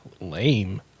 Lame